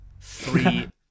Three